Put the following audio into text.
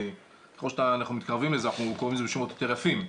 כי ככל שאנחנו מתקרבים לזה אנחנו קוראים לזה בשמות יותר יפים.